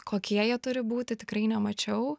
kokie jie turi būti tikrai nemačiau